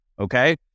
okay